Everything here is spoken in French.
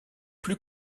plus